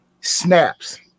snaps